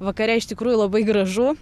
vakare iš tikrųjų labai gražu